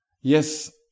Yes